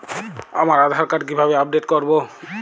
আমার আধার কার্ড কিভাবে আপডেট করব?